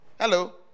hello